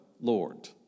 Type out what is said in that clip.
Lord